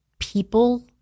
people